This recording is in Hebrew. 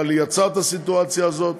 אבל יצר את הסיטואציה הזאת.